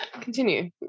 Continue